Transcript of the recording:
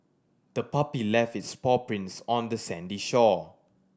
the puppy left its paw prints on the sandy shore